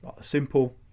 simple